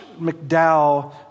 McDowell